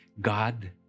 God